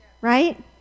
right